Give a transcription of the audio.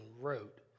wrote